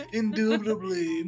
indubitably